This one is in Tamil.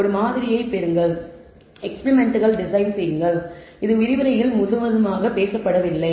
ஒரு மாதிரியைப் பெறுங்கள் எக்ஸ்பிரிமெண்ட்கள் டிசைன் செய்யுங்கள் இது விரிவுரையில் முழுவதுமாக பேசப்படவில்லை